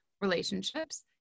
relationships